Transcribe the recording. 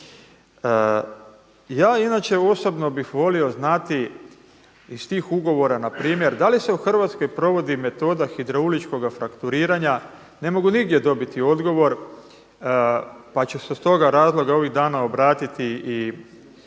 Ja inače osobno bih volio znati iz tih ugovora npr. da li se u Hrvatskoj provodi metoda hidrauličkoga frakturiranja? Ne mogu nigdje dobiti odgovor, pa ću se iz toga razloga ovih dana obratiti i